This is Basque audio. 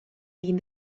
eragin